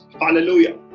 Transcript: hallelujah